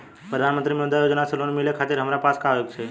प्रधानमंत्री मुद्रा योजना से लोन मिलोए खातिर हमरा पास का होए के चाही?